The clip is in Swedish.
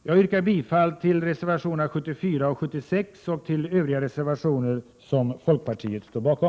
Jag yrkar än en gång bifall till reservationerna 74 och 76 och till övriga reservationer som folkpartiet står bakom.